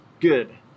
good